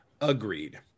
Agreed